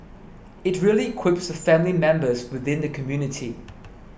it really equips the family members within the community